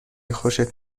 خوشت